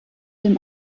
dem